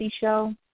show